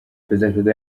perezida